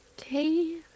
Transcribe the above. okay